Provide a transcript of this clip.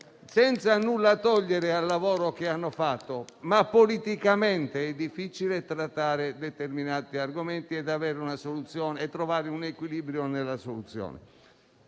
Senza nulla togliere al lavoro che hanno fatto, politicamente è difficile trattare determinati argomenti e trovare un equilibrio nella soluzione.